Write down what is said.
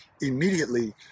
immediately